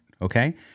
okay